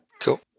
Cool